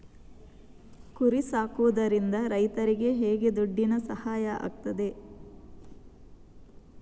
ಕುರಿ ಸಾಕುವುದರಿಂದ ರೈತರಿಗೆ ಹೇಗೆ ದುಡ್ಡಿನ ಸಹಾಯ ಆಗ್ತದೆ?